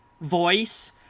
voice